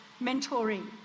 mentoring